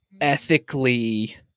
ethically